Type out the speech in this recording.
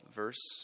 verse